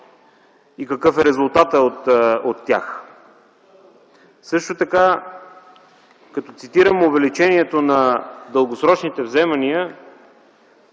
и какъв е резултатът от тях. Също така като цитирам увеличението на дългосрочните вземания,